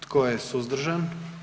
Tko je suzdržan?